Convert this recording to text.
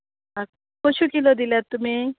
कश्यो किलो दिल्यात तुमी